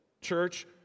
Church